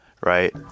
right